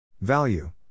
Value